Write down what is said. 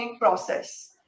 process